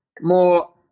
more